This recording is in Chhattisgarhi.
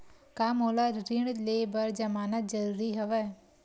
का मोला ऋण ले बर जमानत जरूरी हवय?